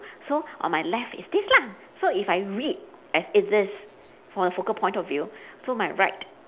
so on my left it's this lah so if I read as it is from a focal point of view so my right